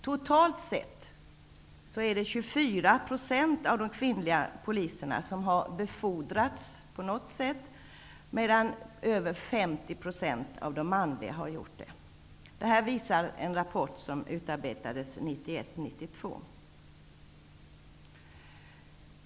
Totalt är det 24 % av de kvinnliga poliserna som har befordrats på något sätt, medan mer än 50 % av männen befordrats. Det här visar en rapport som utarbetades 1991/92.